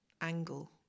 angle